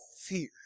fear